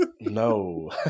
No